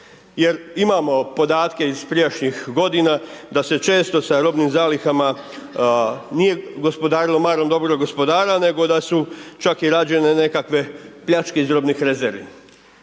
Jer imamo podatke iz prijašnjih godina da se često sa robnim zalihama nije gospodarilo marom dobrog gospodara nego da su čak i rađene nekakve pljačke iz robnih rezervi.